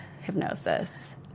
hypnosis